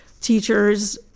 teachers